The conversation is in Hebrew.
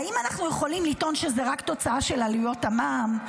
האם אנחנו יכולים לטעון שזאת רק תוצאה של עליות המע"מ?